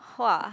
!wah!